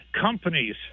companies